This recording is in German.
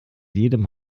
jedem